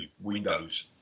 windows